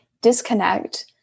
disconnect